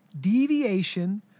deviation